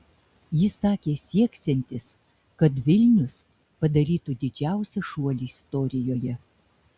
jis sakė sieksiantis kad vilnius padarytų didžiausią šuolį istorijoje